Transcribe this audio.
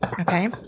Okay